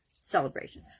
Celebration